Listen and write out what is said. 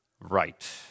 right